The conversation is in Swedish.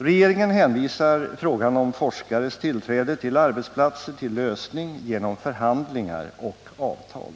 Regeringen hänvisar till att frågan om forskares tillträde till arbetsplatser skall lösas genom förhandlingar och avtal.